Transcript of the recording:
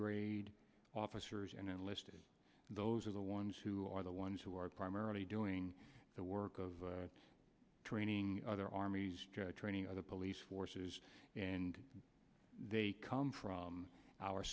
grade officers and enlisted those are the ones who are the ones who are primarily doing the work of training other armies training other police forces and they come from our